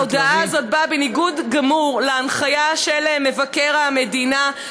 ההודעה הזאת באה בניגוד גמור להנחיה של מבקר המדינה,